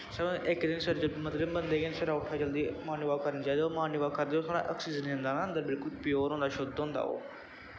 इक दिन सवेरे सवेरे मतलव बंदा इ'यां सवेरै उट्ठै जल्दी मार्निंग वाक करना चाहिदा मार्निंग वाक करदे आक्सीजन जंदा ना अन्दर बिल्कुल प्योर होंदा शुध्द होंदा